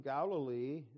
Galilee